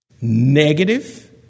negative